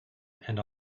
and